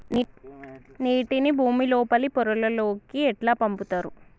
నీటిని భుమి లోపలి పొరలలోకి ఎట్లా పంపుతరు?